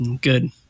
good